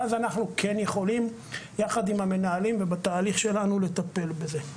ואז אנחנו כן יכולים יחד עם המנהלים ובתהליך שלנו לטפל בזה.